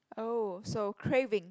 oh so craving